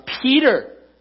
Peter